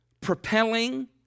propelling